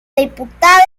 diputado